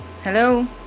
hello